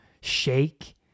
shake